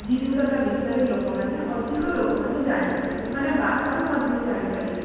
ଜିନିଷଟା ବିଷୟରେ ଲୋକମାନେ ଅଧିକ ଲୋକମାନେ ଜାଣି ପାରିବେ ମାନେ ବାହାରୁ ମଧ୍ୟ ଜାଣିପାରିବେ